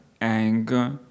Anger